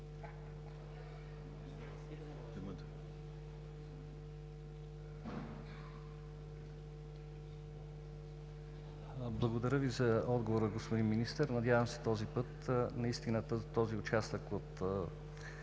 Благодаря Ви за отговора, господин Министър. Надявам се този път наистина посоченият участък от